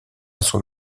son